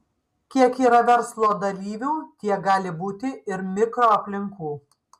kiek yra verslo dalyvių tiek gali būti ir mikroaplinkų